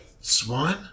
Swan